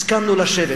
הסכמנו לשבת.